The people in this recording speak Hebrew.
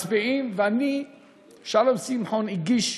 מצביעים, ושלום שמחון הגיש,